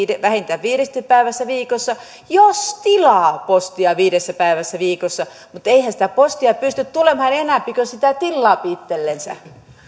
vähintään viitenä päivänä viikossa jos tilaa postia viitenä päivänä viikossa mutta eihän sitä postia pysty tulemaan enempi kuin sitä tilaapi itsellensä